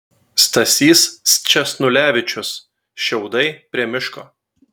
stasys sčesnulevičius šiaudai prie miško